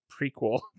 prequel